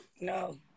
No